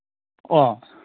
ꯑꯥ